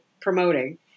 promoting